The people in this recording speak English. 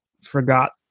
forgot